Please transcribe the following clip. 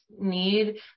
need